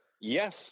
Yes